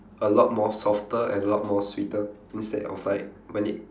a lot more softer and lot more sweeter instead of like when it